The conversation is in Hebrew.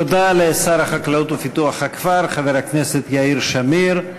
תודה לשר החקלאות ופיתוח הכפר חבר הכנסת יאיר שמיר.